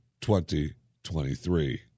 2023